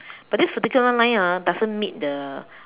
but this vertical line ah doesn't meet the